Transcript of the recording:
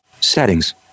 settings